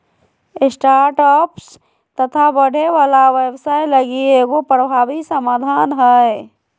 startups तथा बढ़े वाला व्यवसाय लगी एगो प्रभावी समाधान हइ